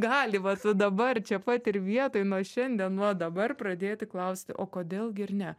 gali vat dabar čia pat ir vietoj nuo šiandien nuo dabar pradėti klausti o kodėl gi ir ne